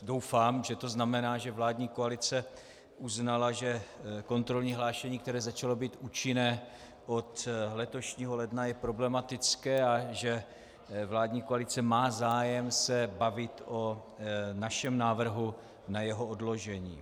Doufám, že to znamená, že vládní koalice uznala, že kontrolní hlášení, které začalo být účinné od letošního ledna, je problematické a že vládní koalice má zájem se bavit o našem návrhu na jeho odložení.